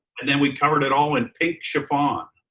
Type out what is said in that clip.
and then we covered it all in pink chiffon.